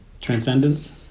Transcendence